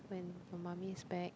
when her mummy's back